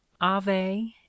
ave